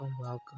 welcome